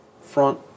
front